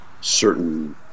certain